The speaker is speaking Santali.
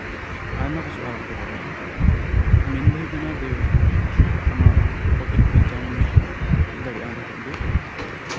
ᱟᱭᱢᱟ ᱠᱤᱪᱷᱩ ᱟᱨᱮᱢ ᱠᱚᱨᱟᱣ ᱫᱟᱲᱮᱭᱟᱜᱼᱟ ᱢᱮᱱ ᱫᱚ ᱦᱳᱭᱳᱜ ᱠᱟᱱᱟ ᱡᱮ ᱟᱢᱟᱜ ᱯᱚᱠᱮᱴ ᱠᱷᱚᱨᱪᱟᱢ ᱛᱳᱫ ᱫᱟᱲᱮᱭᱟᱜᱼᱟ ᱚᱸᱰᱮ ᱠᱷᱚᱱᱜᱮ